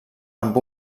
amb